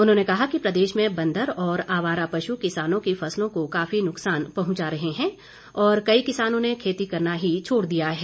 उन्होंने कहा कि प्रदेश में बंदर और आवार पशु किसानों की फसलों को काफी नुकसान पहुंचा रहे हैं और कई किसानों ने खेती करना ही छोड़ दिया है